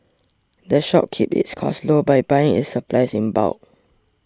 the shop keeps its costs low by buying its supplies in bulk